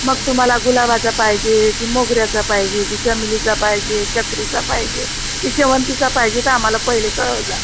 मग तुम्हाला गुलाबाचा पाहिजे की मोगऱ्याचा पाहिजे की चमेलीचा पाहिजे चक्रीचा पाहिजे की शेवंतीचा पाहिजे तर आम्हाला पहिले कळवत जा